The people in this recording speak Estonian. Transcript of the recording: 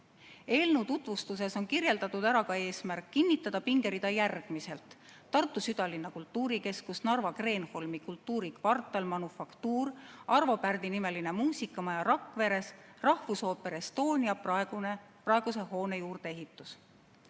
Eelnõu tutvustuses on märgitud ära ka eesmärk ehk kinnitada pingerida järgmiselt: Tartu südalinna kultuurikeskus, Narva Kreenholmi kultuurikvartal "Manufaktuur", Arvo Pärdi nimeline muusikamaja Rakveres, Rahvusooper Estonia praeguse hoone juurdeehitis.